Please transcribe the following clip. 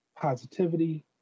positivity